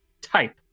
type